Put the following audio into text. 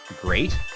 great